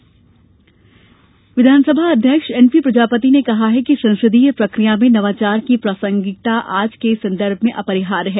संसदीय सम्मेलन विधानसभा अध्यक्ष एन पी प्रजापति ने कहा है कि संसदीय प्रक्रिया में नवाचार की प्रसांगिकता आज के संदर्भ में अपरिहार्य है